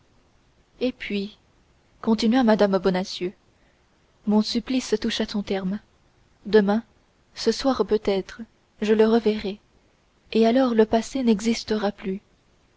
et puis continua mme bonacieux mon supplice touche à son terme demain ce soir peut-être je le reverrai et alors le passé n'existera plus